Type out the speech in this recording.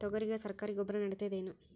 ತೊಗರಿಗ ಸರಕಾರಿ ಗೊಬ್ಬರ ನಡಿತೈದೇನು?